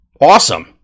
Awesome